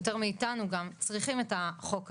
יותר מאתנו צריכים את החוק הזה,